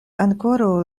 ankoraŭ